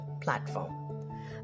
platform